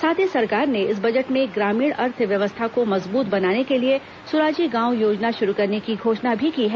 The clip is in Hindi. साथ ही सरकार ने इस बजट में ग्रामीण अर्थव्यवस्था को मजबूत बनाने के लिए सुराजी गांव योजना शुरू करने की घोषणा भी की है